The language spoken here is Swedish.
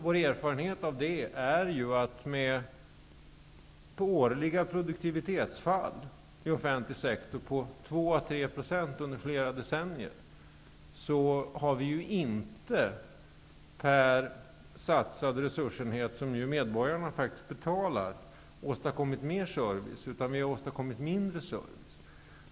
Vår erfarenhet av detta är att ett årligt produktivitetsfall i offentlig sektor på 2 à 3 % under flera decennier har per satsad resultatenhet -- som medborgarna betalar inte åstadkommit mer utan mindre service.